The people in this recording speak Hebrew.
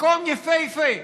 מקום יפהפה,